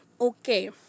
okay